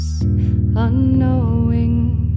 Unknowing